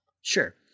sure